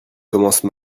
commence